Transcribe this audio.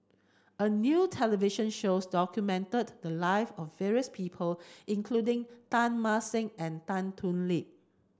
a new television shows documented the live of various people including Teng Mah Seng and Tan Thoon Lip